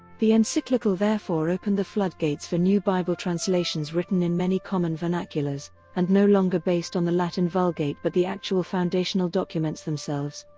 the encyclical therefore opened the floodgates for new bible translations written in many common vernaculars and no longer based on the latin vulgate but the actual foundational documents themselves.